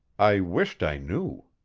i wished i knew.